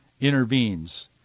intervenes